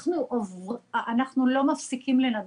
אנחנו לא מפסיקים לנדנד.